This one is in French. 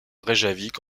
reykjavik